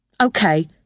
Okay